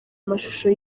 amashusho